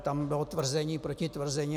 Tam bylo tvrzení proti tvrzení.